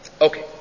Okay